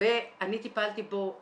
ואני טיפלתי בו,